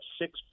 six